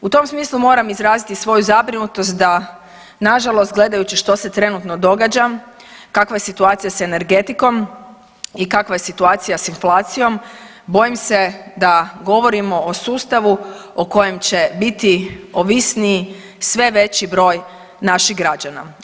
U tom smislu moram izraziti svoju zabrinutost da nažalost gledajući što se trenutno događa, kakva je situacija s energetikom i kakva je situacija s inflacijom, bojim se da govorimo o sustavu o kojem će biti ovisniji sve veći broj naših građana.